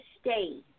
stay